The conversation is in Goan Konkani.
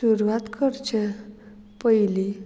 सुरवात करचे पयलीं